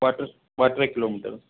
ॿ टे ॿ टे किलोमीटर